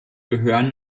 gehörten